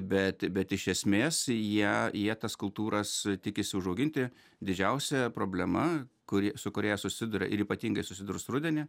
bet bet iš esmės jie jie tas kultūras tikisi užauginti didžiausia problema kuri su kuria jie susiduria ir ypatingai susidurs rudenį